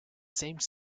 same